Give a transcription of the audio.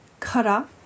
kara